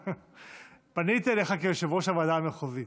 פניתי אליך כיושב-ראש הוועדה המחוזית.